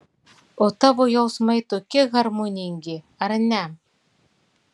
o tavo jausmai tokie harmoningi ar ne